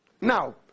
Now